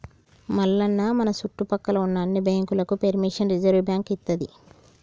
మల్లన్న మన సుట్టుపక్కల ఉన్న అన్ని బాంకులకు పెర్మిషన్ రిజర్వ్ బాంకు ఇత్తది